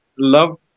love